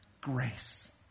grace